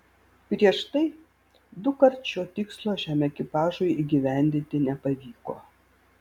prieš tai dukart šio tikslo šiam ekipažui įgyvendinti nepavyko